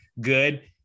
good